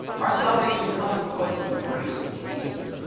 our salvation comes because of the grace of jesus.